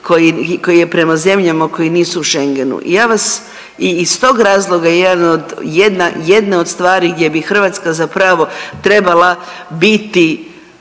koji je prema zemljama koje nisu u Schengenu. Ja vas i iz tog razloga jedna od stvari gdje bi Hrvatska zapravo trebala biti